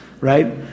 right